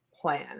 plan